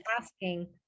asking